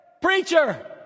preacher